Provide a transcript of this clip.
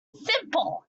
simple